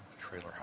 trailer